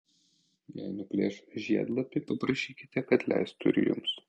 jei nuplėš žiedlapį paprašykite kad leistų ir jums